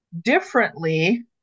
differently